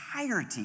entirety